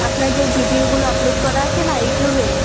আপনার যে ভিডিওগুলো আপলোড করা আছে না ইউটিউবে